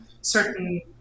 certain